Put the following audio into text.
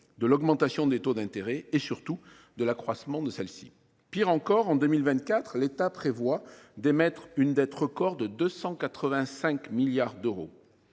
de l’augmentation des taux d’intérêt et, surtout, de l’accroissement de la dette elle même. Pis encore, en 2024, l’État prévoit d’émettre une dette record de 285 milliards d’euros.